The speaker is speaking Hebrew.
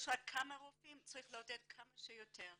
יש רק כמה רופאים וצריך לעודד כמה שיותר.